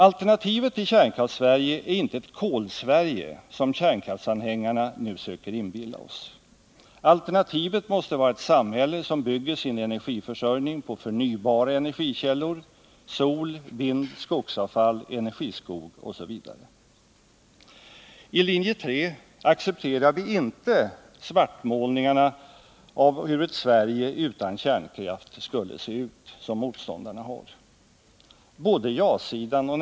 Alternativet till Kärnkraftssverige är inte ett Kolsverige som kärnkraftsanhängarna nu försöker inbilla oss. Alternativet måste vara ett samhälle som bygger sin energiförsörjning på förnybara energikällor — sol, vind, skogsavfall, energiskog osv. I linje 3 accepterar vi inte de svartmålningar av hur ett Sverige utan kärnkraft skulle se ut, som motståndarna till en avveckling gör.